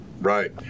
right